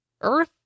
Earth